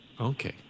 Okay